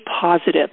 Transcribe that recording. positive